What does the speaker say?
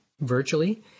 virtually